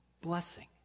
blessing